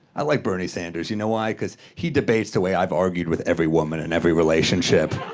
i like bernie sanders. you know why? because he debates the way i've argued with every woman in every relationship.